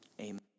amen